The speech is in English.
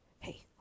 hey